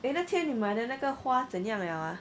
eh 那天你买的那个花怎样 liao 啊